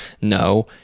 No